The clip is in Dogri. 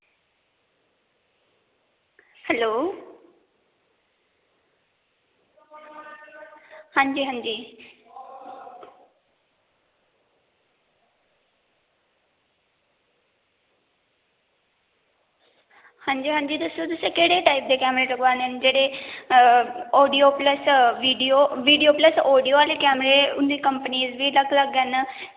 हैल्लो हां जी हां जी हां जी हां जी ते दस्सो तुसें केह्ड़े टाईप दे कैमरे लोआनें न जेह्ड़े audio plus video plus audio आह्ले कैमरे दी कंपनीस बी अलग अलग न